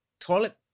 toilet